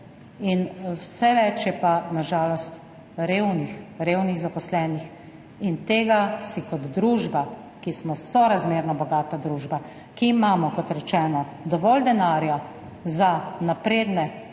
Vse več je pa, na žalost, revnih zaposlenih. Tega si kot družba, ki smo sorazmerno bogata družba, ki imamo, kot rečeno, dovolj denarja za napredne oborožitvene